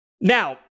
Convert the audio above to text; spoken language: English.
Now